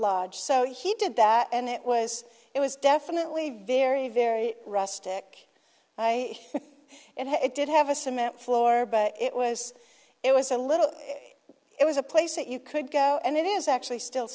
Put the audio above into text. lodge so he did that and it was it was definitely very very rustic high and it did have a cement floor but it was it was a little it was a place that you could go and it is actually still